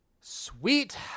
sweet